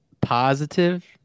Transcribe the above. positive